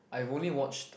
I only watched